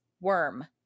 worm